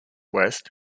west